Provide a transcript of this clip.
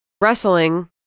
Wrestling